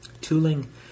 Tooling